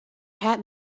had